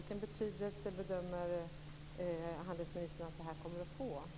Vilken betydelse bedömer handelsministern att det här kommer att få?